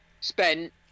spent